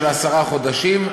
של עשרה חודשים,